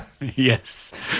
Yes